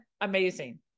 amazing